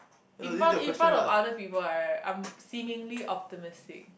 in front in front of other people I I'm seemingly optimistic